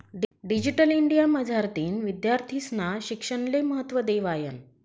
digital India मझारतीन विद्यार्थीस्ना शिक्षणले महत्त्व देवायनं